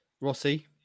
Rossi